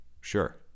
sure